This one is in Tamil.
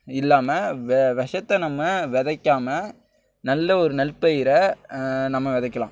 இல்லாமல் வெ விஷத்த நம்ம விதைக்காம நல்ல ஒரு நெற்பயிரை நம்ம விதைக்கலாம்